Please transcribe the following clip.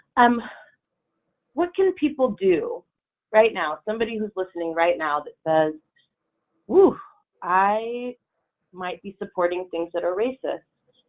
um what can people do right now, somebody who's listening right now that says woo i might be supporting things that are racist,